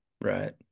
Right